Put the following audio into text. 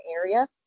area